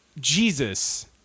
Jesus